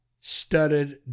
studded